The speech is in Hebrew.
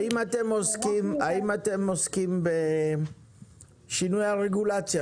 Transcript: האם אתם עוסקים בשינוי הרגולציה,